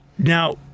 Now